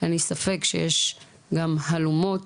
אין לי ספק שיש גם הלומות.